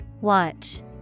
Watch